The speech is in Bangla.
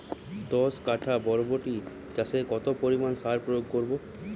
দশ কাঠা বরবটি চাষে কত পরিমাণ সার প্রয়োগ করব?